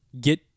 get